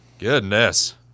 Goodness